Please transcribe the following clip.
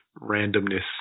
randomness